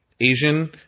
Asian